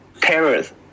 terrorists